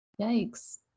Yikes